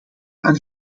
aan